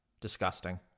Disgusting